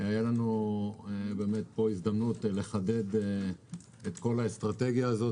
הייתה לנו הזדמנות לחדד את האסטרטגיה הזאת.